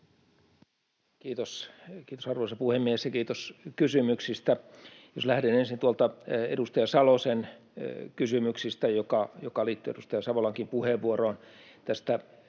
Kiitos, arvoisa puhemies! Kiitos kysymyksistä. Jos lähden ensin edustaja Salosen kysymyksestä, joka liittyi edustaja Savolankin puheenvuoroon,